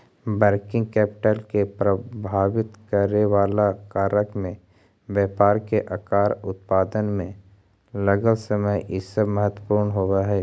working capital के प्रभावित करेवाला कारक में व्यापार के आकार, उत्पादन में लगल समय इ सब महत्वपूर्ण होव हई